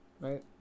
right